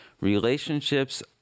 relationships